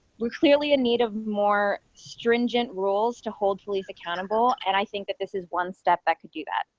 we clearly need a more stringent rules to hold police accountable, and i think that this is one step that could do that.